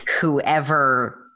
whoever